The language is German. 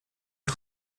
und